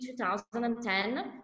2010